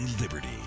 liberty